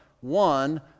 one